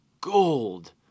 gold